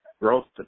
growth